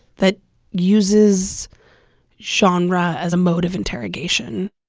that uses genre as a mode of interrogation